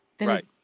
Right